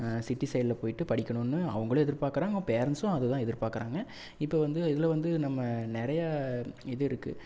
city சைடில் போய்ட்டு படிக்கணும்னு அவங்களும் எதிர் பாக்கிறாங்க பேரண்ட்ஸும் அதான் எதிர் பாக்கிறாங்க இப்போ வந்து இதில் வந்து நம்ம நிறையா இதுஇருக்கு